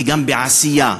וגם בעשייה,